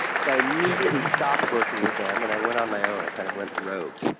so i immediately stopped working with them and i went on my own. i kind of went rogue.